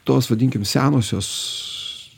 tos vadinkim senosios